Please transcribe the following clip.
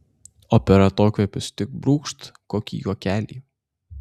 o per atokvėpius tik brūkšt kokį juokelį